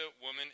woman